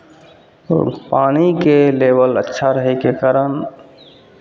आओर पानिके लेवल अच्छा रहैके कारण